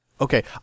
Okay